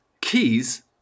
Keys